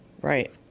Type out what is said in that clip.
Right